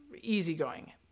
easygoing